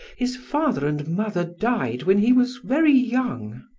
his father and mother died when he was very young.